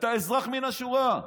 אתה אזרח מהשורה.